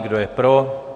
Kdo je pro?